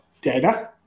data